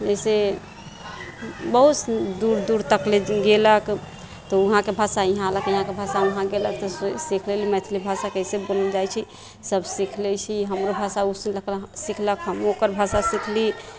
एहिसे बहुत दूर दूर तक ले गेलक तऽ उहाँके भाषा इहाँ ऐलक इहाँके भाषा उहाँ गैलक तऽ से कयल मैथिली भाषा कैसे बोलल जाइत छै सभ सीख लय छी हमरो भाषा ओ सीख सीखलक हँ आ ओकर भाषा सिखली